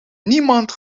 niemand